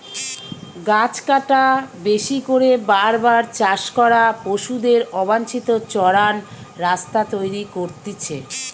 গাছ কাটা, বেশি করে বার বার চাষ করা, পশুদের অবাঞ্চিত চরান রাস্তা তৈরী করতিছে